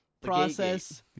process